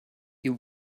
you